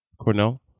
Cornell